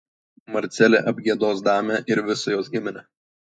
marcelė apgiedos damę ir visą jos giminę